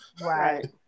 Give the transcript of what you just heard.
right